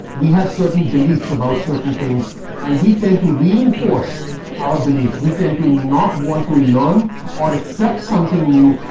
we have certain beliefs about certain things and we tend to reinforce our beliefs. we tend to not want to learn or accept something new.